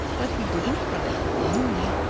but he didn't cry for the moon.